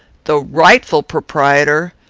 the rightful proprietor!